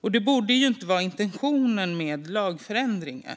och det borde inte vara intentionen med lagförändringar.